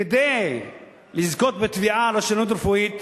כדי לזכות בתביעה על רשלנות רפואית,